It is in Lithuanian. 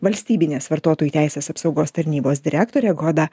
valstybinės vartotojų teisės apsaugos tarnybos direktorė goda